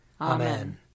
Amen